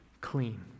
clean